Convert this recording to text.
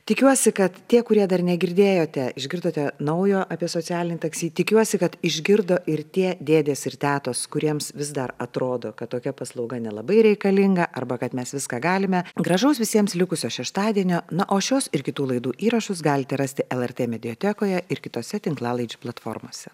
tikiuosi kad tie kurie dar negirdėjote išgirdote naujo apie socialinį taksi tikiuosi kad išgirdo ir tie dėdės ir tetos kuriems vis dar atrodo kad tokia paslauga nelabai reikalinga arba kad mes viską galime gražaus visiems likusio šeštadienio na o šios ir kitų laidų įrašus galite rasti lrt mediatekoje ir kitose tinklalaidžių platformose